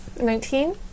Nineteen